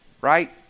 Right